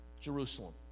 Jerusalem